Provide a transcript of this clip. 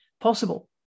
possible